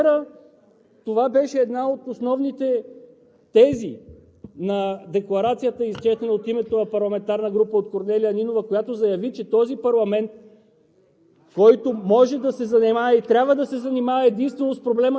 и почистването. Какво да Ви кажа? Вчера това беше една от основните тези на декларацията, изчетена от името на парламентарна група от Корнелия Нинова, която заяви, че този парламент,